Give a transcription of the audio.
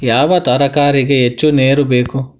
ಯಾವ ತರಕಾರಿಗೆ ಹೆಚ್ಚು ನೇರು ಬೇಕು?